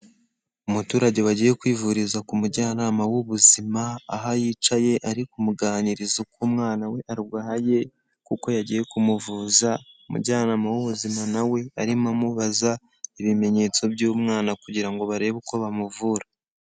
Umuturage wagiye kwivuriza ku mujyanama w'ubuzima, aho yicaye ari kumuganiriza uko umwana we arwaye kuko yagiye kumuvuza, umujyanama w'ubuzima na we arimo amubaza ibimenyetso by'umwana kugira ngo barebe uko bamuvura.